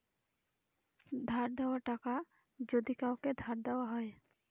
ধার দেওয়া টাকা যদি কাওকে ধার দেওয়া হয়